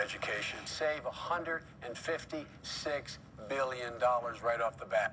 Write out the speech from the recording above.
education save a hundred and fifty six billion dollars right off the bat